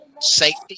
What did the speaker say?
safety